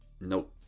Nope